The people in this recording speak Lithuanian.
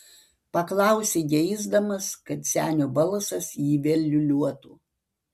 paklausė geisdamas kad senio balsas jį vėl liūliuotų